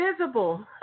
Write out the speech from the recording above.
visible